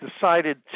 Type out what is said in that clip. decided